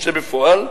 כשבפועל,